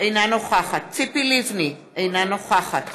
אינה נוכחת ציפי לבני, אינה נוכחת